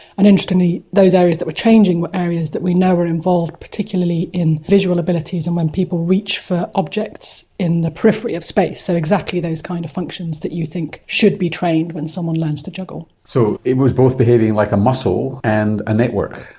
and interestingly those areas that were changing were those areas that we know were involved particularly in visual abilities, and when people reach for objects in the periphery of space. so exactly those kind of functions that you think should be trained when someone learns to juggle. so it was both behaving like a muscle and a network.